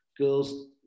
girls